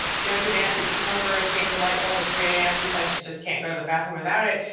you know demands that you come over and change the light bulb at three zero a m because she just can't go to the bathroom without it,